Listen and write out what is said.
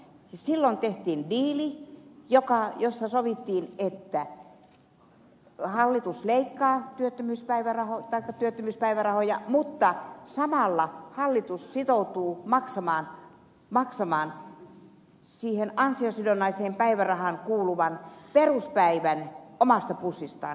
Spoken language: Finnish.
silloin tehtiin diili jossa sovittiin että hallitus leikkaa työttömyyspäivärahoja mutta samalla hallitus sitoutuu maksamaan siihen ansiosidonnaiseen päivärahaan kuuluvan peruspäivärahan omasta pussistaan